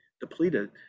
depleted